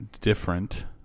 different